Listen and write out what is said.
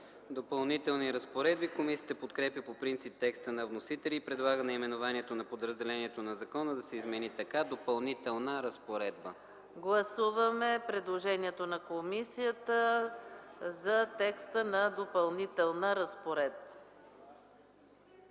„Допълнителни разпоредби”. Комисията подкрепя по принцип текста на вносителя и предлага наименованието на подразделението на закона да се измени така: „Допълнителна разпоредба”. ПРЕДСЕДАТЕЛ ЕКАТЕРИНА МИХАЙЛОВА: Гласуваме предложението на комисията за текста на „Допълнителна разпоредба”.